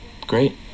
Great